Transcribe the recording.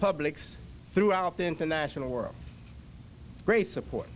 publics throughout the international world great support